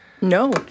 No